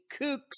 kooks